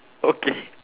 okay